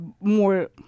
more –